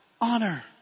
honor